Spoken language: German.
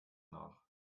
nach